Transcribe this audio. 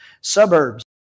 suburbs